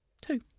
two